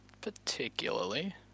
particularly